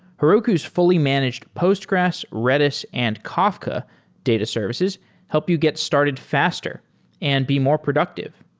heroku's fully managed postgres, redis and kafka data services help you get started faster and be more productive.